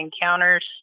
encounters